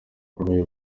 abarwayi